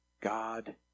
God